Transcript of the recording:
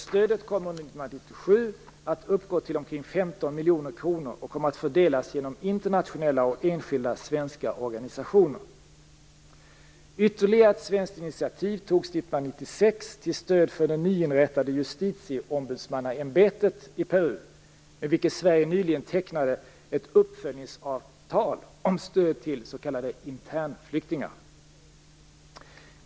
Stödet kommer under 1997 att uppgå till omkring 15 miljoner kronor och kommer att fördelas genom internationella och enskilda svenska organisationer. Ytterligare ett svenskt initiativ togs 1996 till stöd för det nyinrättade justitieombudsmannaämbetet i Peru, med vilket Sverige nyligen tecknade ett uppföljningsavtal om stöd till s.k. internflyktingar.